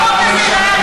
החוק הזה,